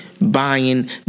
buying